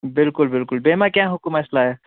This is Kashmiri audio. بِلکُل بِلکُل بیٚیہِ ما کیٚنٛہہ حُکُم اَسہِ لایق